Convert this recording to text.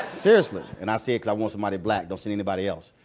seriously. and i said i want somebody black. don't send anybody else.